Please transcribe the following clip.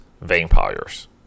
vampires